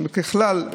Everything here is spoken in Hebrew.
ככלל,